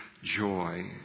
Joy